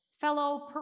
Fellow